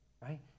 right